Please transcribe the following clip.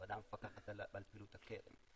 הוועדה המפקחת על פעילות הקרן,